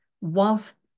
whilst